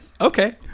Okay